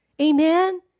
Amen